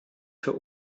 für